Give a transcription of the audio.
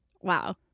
Wow